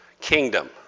kingdom